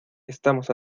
estamos